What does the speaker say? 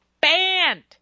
banned